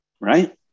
right